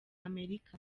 amerika